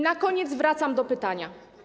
Na koniec wracam do pytania.